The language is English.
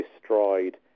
destroyed